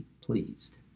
pleased